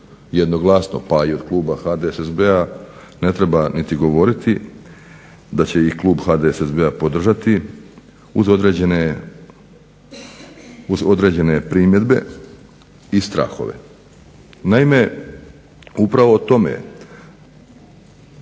jednoglasno pa i od kluba HDSSB-a ne treba ni govoriti da će ih klub HDSSB-a podržati uz određene primjedbe i strahove. Naime, upravo o tome